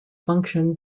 function